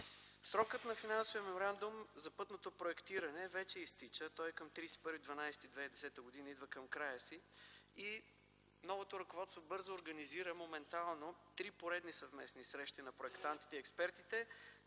Срокът на финансовия меморандум за пътното проектиране вече изтича. Той е към 31 декември 2010 г. - идва към края си. Новото ръководство бързо организира три поредни съвместни срещи на проектантите и експертите.